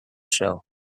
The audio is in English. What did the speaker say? show